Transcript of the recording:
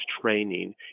training